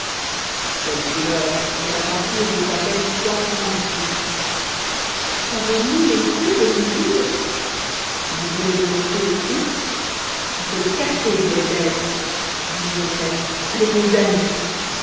quelle couleur mais la peinture vaut à peine trois francs dix sous ça vaut mille écus je vous jure vous voulez me monter le coup ou te le casser vieille bêle dit jondrette avec mes amis